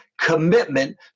commitment